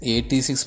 86%